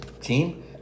team